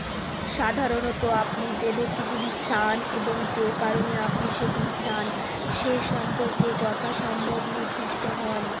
সাধারণত আপনি যে নথিগুলি চান এবং যে কারণে আপনি সেগুলি চান সে সম্পর্কে যথাসম্ভব নির্দিষ্ট হন